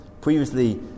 Previously